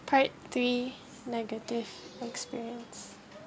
part three negative experience